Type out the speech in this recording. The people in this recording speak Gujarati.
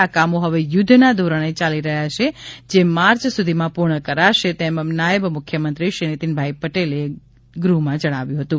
આ કામો હવે યુદ્ધના ધોરણે યાલી રહ્યા છે જે માર્ચ સુધીમાં પૂર્ણ કરાશે તેમ નાયબ મુખ્યમંત્રી શ્રી નીતિનભાઇ પટેલે ગઇકાલે ગૃહમાં જણાવ્યું હતું